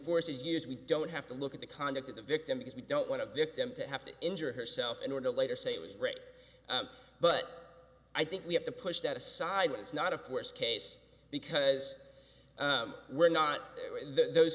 force is years we don't have to look at the conduct of the victim because we don't want a victim to have to injure herself in order to later say it was great but i think we have to push that aside when it's not a worse case because we're not those